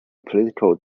political